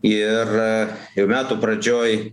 ir ir metų pradžioj